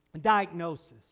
diagnosis